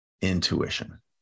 intuition